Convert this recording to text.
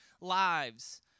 lives